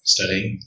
Studying